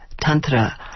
Tantra